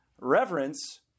reverence